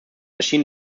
erschien